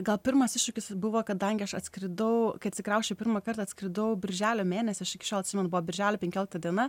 gal pirmas iššūkis buvo kadangi aš atskridau atsikrausčiau pirmąkart atskridau birželio mėnesį aš iki šiol atsimenu buvo birželio penkiolikta diena